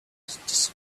disappointed